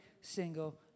single